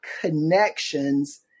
connections